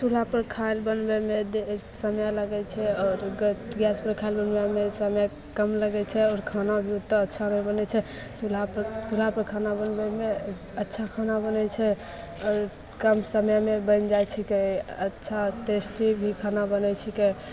चुल्हापर खाइ लऽ बनबैमे समय लगैत छै आओर गैस पर खाना बनबैमे समय कम लगैत छै आओर खानाभी ओत्ता नहि बनैत छै चुल्हापर खाना बनबैमे अच्छा खाना बनैत छै आओर कम समयमे बनि जाइत छिकै अच्छा टेस्टी भी खाना बनैत छिकै